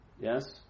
yes